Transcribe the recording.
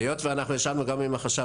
היות ואנחנו ישבנו עם החשב,